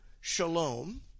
Shalom